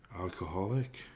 alcoholic